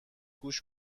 گوش